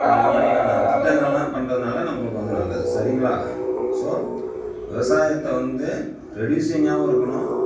இந்த மாதிரியான திட்டங்களெலாம் பண்ணுறதுனால நம்மளுக்கு வந்து நல்லது சரிங்களா ஸோ விவசாயத்தை வந்து ரெடியூஸிங்காகவும் இருக்கணும்